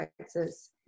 Texas